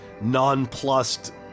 nonplussed